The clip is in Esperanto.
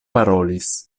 parolis